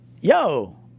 yo